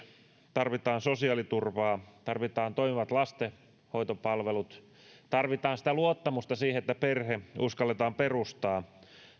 tarvitaan sosiaaliturvaa tarvitaan toimivat lastenhoitopalvelut tarvitaan luottamusta siihen että perhe uskalletaan perustaa